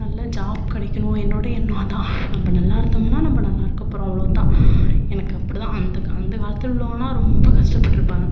நல்ல ஜாப் கிடைக்கணும் என்னோடய எண்ணம் அதுதான் நம்ம நல்லாருந்தோம்னால் நம்ம நல்லாருக்க போகிறோம் அவ்வளோதான் எனக்கு அப்படிதான் அந்த கா அந்த காலத்தில் உள்ளவங்களாம் ரொம்ப கஷ்டப்பட்டிருப்பாங்க